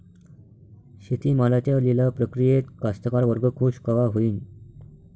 शेती मालाच्या लिलाव प्रक्रियेत कास्तकार वर्ग खूष कवा होईन?